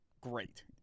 great